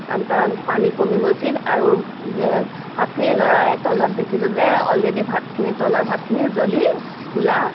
কাৰণ পানী কমি গৈছিল আৰু ভাতখিনি লৰাই তলত দেখিছোঁ যে অলৰেডি ভাতখিনি তলৰ ভাতখিনি জ্বলি ক'লা